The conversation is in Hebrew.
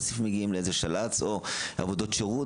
ובסוף מגיעים לשל"צ או לעבודות שירות